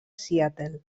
seattle